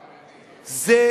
מצווה.